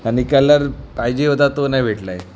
आणि कलर पाहिजे होता तो नाही भेटला आहे